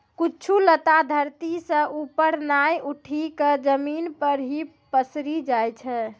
कुछ लता धरती सं ऊपर नाय उठी क जमीन पर हीं पसरी जाय छै